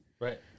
Right